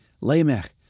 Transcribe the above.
Lamech